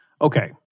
Okay